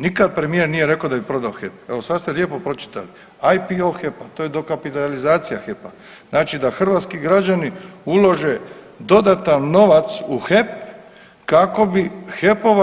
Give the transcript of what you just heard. Nikad premijer nije rekao da bi prodao HEP, evo sad ste lijepo pročitali, IPO HEP-a to je dokapitalizacija HEP-a. znači da hrvatski građani ulože dodatan novac u HEP kako bi se HEP-ov